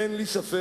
אין לי ספק